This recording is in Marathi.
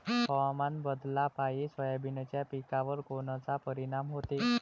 हवामान बदलापायी सोयाबीनच्या पिकावर कोनचा परिणाम होते?